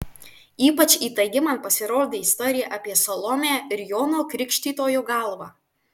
ypač įtaigi man pasirodė istorija apie salomę ir jono krikštytojo galvą